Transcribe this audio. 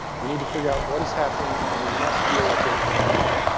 we need to figure out what is happening. and we must deal with it now.